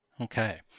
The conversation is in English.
Okay